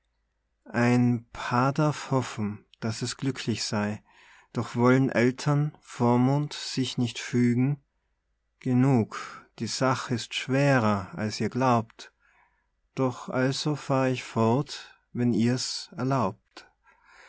ein paar darf hoffen daß es glücklich sei doch wollen eltern vormund sich nicht fügen genug die sach ist schwerer als ihr glaubt doch also fahr ich fort wenn ihr's erlaubt